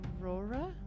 Aurora